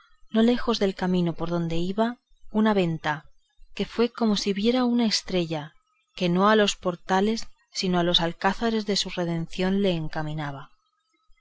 no lejos del camino por donde iba una venta que fue como si viera una estrella que no a los portales sino a los alcázares de su redención le encaminaba